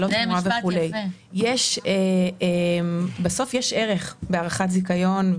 יש ערך בהארכת זיכיון,